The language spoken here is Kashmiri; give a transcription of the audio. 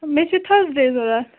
مےٚ چھِ تھٲرٕسڈیٚے ضروٗرت